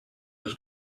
his